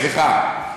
סליחה.